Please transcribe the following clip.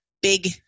big